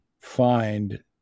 find